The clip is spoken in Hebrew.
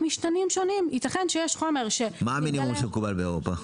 מה מקובל באירופה?